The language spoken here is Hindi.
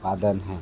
साधन हैं